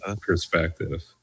perspective